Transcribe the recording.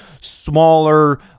smaller